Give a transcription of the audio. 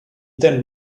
then